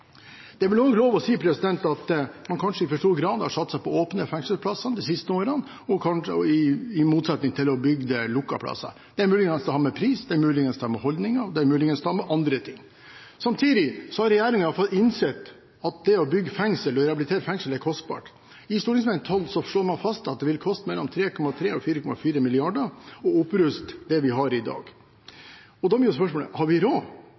er vel også lov å si at man kanskje i for stor grad har satset på åpne fengselsplasser de siste årene, i motsetning til å bygge lukkede plasser. Det er mulig det har å gjøre med pris, det er mulig det har å gjøre med holdninger, det er mulig det har å gjøre med andre ting. Samtidig har regjeringen fått innsikt i at det å bygge fengsel og rehabilitere fengsel er kostbart. I meldingen slår man fast at det vil koste mellom 3,3 og 4,4 mrd. kroner å oppruste det vi har i dag. Da blir spørsmålet: Har vi råd?